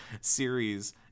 series